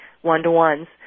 one-to-ones